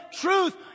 truth